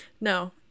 No